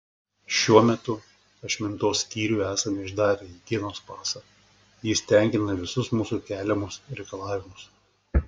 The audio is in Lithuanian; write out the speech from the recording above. šiuo metu ašmintos skyriui esame išdavę higienos pasą jis tenkina visus mūsų keliamus reikalavimus